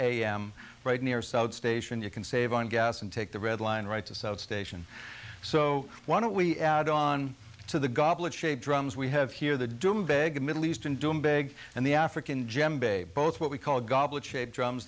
am right near south station you can save on gas and take the red line right to south station so why don't we add on to the goblet shape drums we have here the dome bag middle eastern big and the african gem bay both what we call goblet shape drums